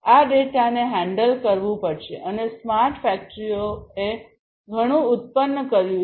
આ ડેટાને હેન્ડલ કરવું પડશે અને સ્માર્ટ ફેક્ટરીઓએ ઘણું ઉત્પન્ન કર્યું છે